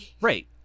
Right